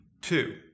Two